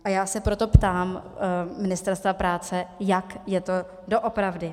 A já se proto ptám Ministerstva práce, jak je to doopravdy.